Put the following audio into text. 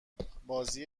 بازی